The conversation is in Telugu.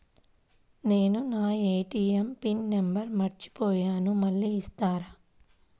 నేను నా ఏ.టీ.ఎం పిన్ నంబర్ మర్చిపోయాను మళ్ళీ ఇస్తారా?